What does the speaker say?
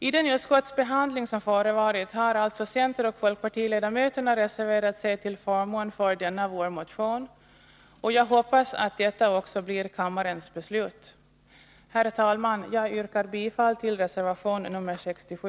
I den utskottsbehandling som förevarit har alltså centeroch folkpartiledamöterna reserverat sig till förmån för vår motion, och jag hoppas att kammaren kommer att besluta i enlighet med denna. Herr talman! Jag yrkar bifall till reservation nr 67.